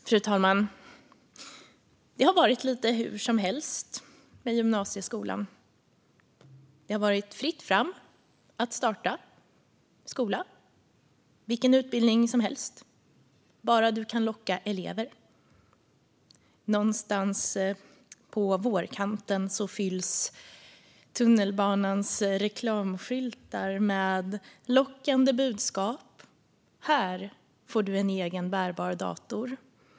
Fru talman! Det har varit lite hur som helst med gymnasieskolan. Det har varit fritt fram att starta skola, vilken utbildning som helst, bara elever kan lockas dit. Någonstans på vårkanten fylls tunnelbanans reklamskyltar med lockande budskap: Här får du en egen bärbar dator.